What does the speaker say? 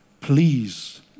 Please